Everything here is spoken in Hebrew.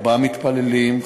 ארבעה מתפללים,